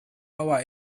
power